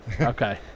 Okay